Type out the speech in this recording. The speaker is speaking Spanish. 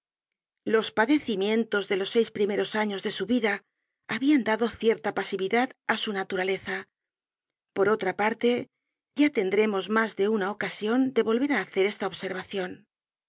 los padecimientos de los seis primeros años de su vida habian dado cierta pasividad á su naturaleza por otra parte ya tendremos mas de una ocasion de volver á hacer esta observacion